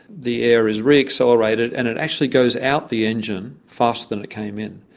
the air is re-accelerated and it actually goes out the engine faster than it came in.